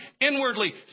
inwardly